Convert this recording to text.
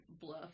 bluff